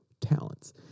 talents